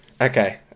Okay